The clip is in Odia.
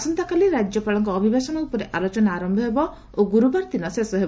ଆସନ୍ତାକାଲି ରାଜ୍ୟପାଳଙ୍କ ଅଭଭାଷଣ ଉପରେ ଆଲୋଚନା ଆରମ୍ଭ ହେବ ଓ ଗ୍ରର୍ବାର ଦିନ ଶେଷ ହେବ